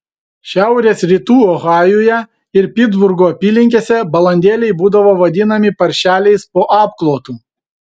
šiaurės rytų ohajuje ir pitsburgo apylinkėse balandėliai būdavo vadinami paršeliais po apklotu